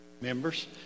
members